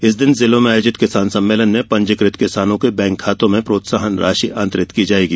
इसी दिन जिलों में आयोजित किसान सम्मेलन में पंजीकृत किसानों के बैंक खातों में प्रोत्साहन राशि अंतरित की जायेगी